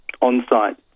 on-site